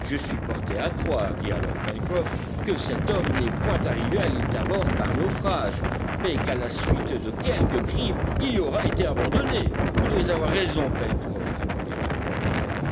je suis porté à croire dit alors pencroff que cet homme n'est point arrivé à l'île tabor par naufrage mais qu'à la suite de quelque crime il y aura été abandonné vous devez avoir raison pencroff répondit le reporter